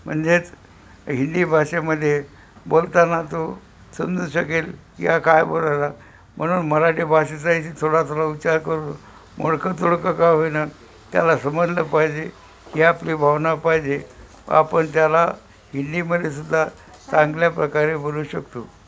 म्हणजेच हिंदी भाषेमध्ये बोलताना तो समजू शकेल की हा काय बोलायला म्हणून मराठी भाषेचाही थोडा थोडा उच्चार करू मोडकं तोडकं का होईना त्याला समजलं पाहिजे ही आपली भावना पाहिजे आपण त्याला हिंदीमध्ये सुद्धा चांगल्या प्रकारे बोलू शकतो